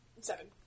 Seven